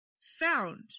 found